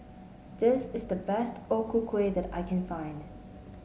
this is the best O Ku Kueh that I can find